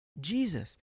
Jesus